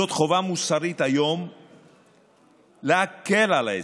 זאת חובה מוסרית היום להקל על האזרחים.